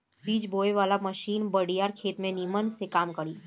बीज बोवे वाला मशीन बड़ियार खेत में निमन से काम करी